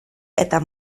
eta